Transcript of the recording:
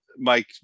Mike